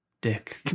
Dick